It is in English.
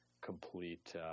complete